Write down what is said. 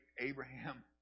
Abraham